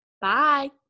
Bye